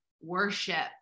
worship